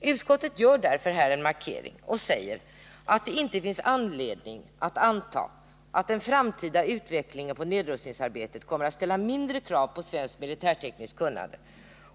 Utskottet gör därför här en markering och säger att det inte finns anledning att anta att den framtida utvecklingen på nedrustningsområdet kommer att ställa mindre krav på svenskt militärtekniskt kunnande